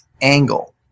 angle